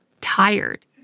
Tired